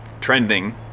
Trending